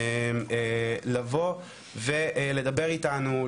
לבוא ולדבר איתנו,